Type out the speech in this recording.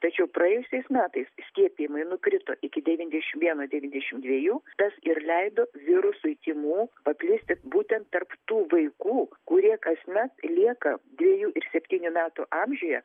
tačiau praėjusiais metais skiepijimai nukrito iki devyniasdešim vieno devyniasdešim dviejų tas ir leido virusui tymų paplisti būtent tarp tų vaikų kurie kasmet lieka dviejų ir septynių metų amžiuje